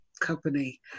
company